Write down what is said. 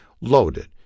loaded